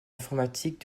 informatiques